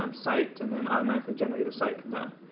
um site and then automatically generate a site from there,